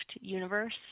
universe